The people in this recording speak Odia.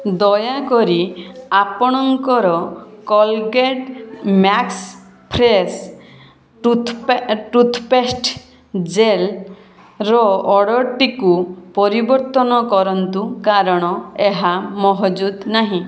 ଦୟାକରି ଆପଣଙ୍କର କୋଲଗେଟ୍ ମ୍ୟାକ୍ସ ଫ୍ରେଶ୍ ଟୁଥ୍ପେଷ୍ଟ୍ ଜେଲ୍ର ଅର୍ଡ଼ର୍ଟିକୁ ପରିବର୍ତ୍ତନ କରନ୍ତୁ କାରଣ ଏହା ମହଜୁଦ ନାହିଁ